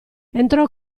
entrò